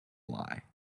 lie